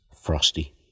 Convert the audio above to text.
Frosty